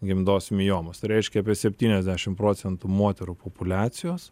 gimdos miomos tai reiškia apie septyniasdešim procentų moterų populiacijos